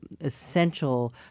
essential